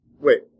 Wait